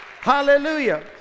Hallelujah